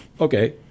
Okay